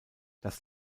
das